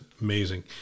amazing